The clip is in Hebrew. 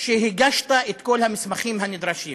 שהגשת את כל המסמכים הנדרשים